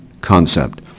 concept